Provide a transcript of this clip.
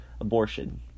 abortion